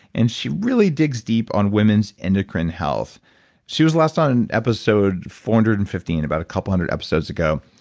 and she really digs deep on women's endocrine health she was last on in episode four hundred and fifteen, about a couple hundred episodes ago,